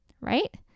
Right